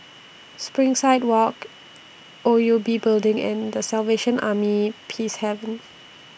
Springside Walk O U B Building and The Salvation Army Peacehaven